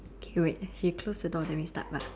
okay wait he close the door that means start